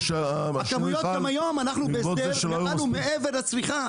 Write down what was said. גם היום אנחנו בהסדר מעל ומעבר לצריכה,